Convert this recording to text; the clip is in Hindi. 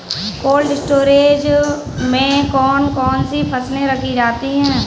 कोल्ड स्टोरेज में कौन कौन सी फसलें रखी जाती हैं?